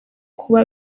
kuba